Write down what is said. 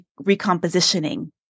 recompositioning